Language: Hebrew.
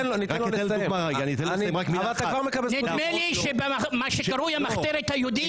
נדמה לי שבמה שקרוי "המחתרת היהודים"